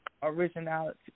Originality